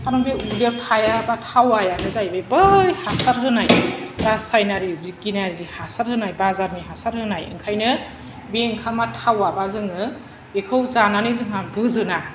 खारन बे उदैआव थाया बा थावायानो जाहैबाय बै हासार होनाय रासायनारि बिगियानारि हासार होनाय बाजारनि हासार होनाय ओंखायनो बे ओंखामआ थावा बा जोङो बेखौ जानानै जोंहा गोजोना